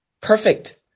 Perfect